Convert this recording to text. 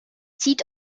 zieht